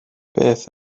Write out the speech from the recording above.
beth